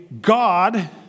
God